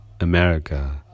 America